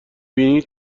بینی